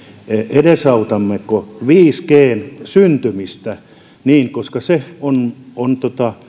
edesautammeko viisi g n syntymistä koska se